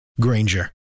Granger